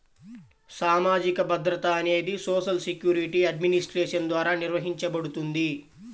సామాజిక భద్రత అనేది సోషల్ సెక్యూరిటీ అడ్మినిస్ట్రేషన్ ద్వారా నిర్వహించబడుతుంది